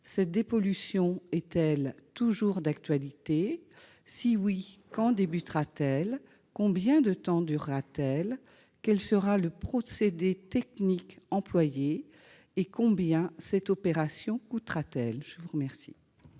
Cette dépollution est-elle, oui ou non, toujours d'actualité ? Si oui, quand débutera-t-elle ? Combien de temps durera-t-elle ? Quel sera le procédé technique employé ? Combien cette opération coûtera-t-elle ? La parole